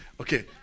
Okay